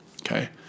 Okay